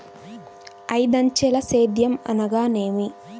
ఐదంచెల సేద్యం అనగా నేమి?